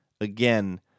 again